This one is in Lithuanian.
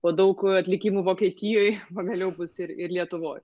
po daug atlikimų vokietijoj pagaliau bus ir ir lietuvoj